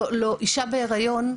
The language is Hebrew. אישה בהיריון,